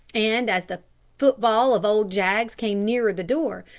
and as the footfall of old jaggs came nearer the door,